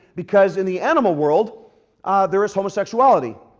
because in the animal world there is homosexuality.